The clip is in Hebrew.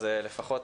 אז לפחות